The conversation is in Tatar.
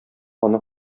аны